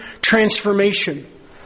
transformation